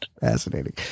Fascinating